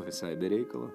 visai be reikalo